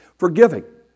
forgiving